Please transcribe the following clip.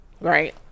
Right